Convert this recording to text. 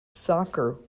soccer